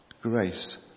grace